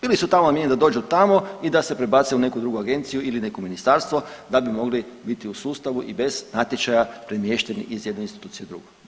Bili su tamo namijenjeni da dođu tamo i da se prebace u neku drugu agenciju ili u neko ministarstvo da bi mogli biti u sustavu i bez natječaja premješteni iz jedne institucije u drugu.